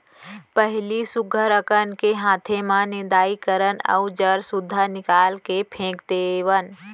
पहिली सुग्घर अकन ले हाते म निंदई करन अउ जर सुद्धा निकाल के फेक देवन